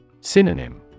Synonym